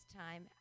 time